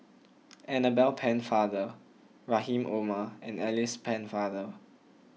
Annabel Pennefather Rahim Omar and Alice Pennefather